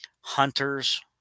hunters